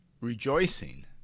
rejoicing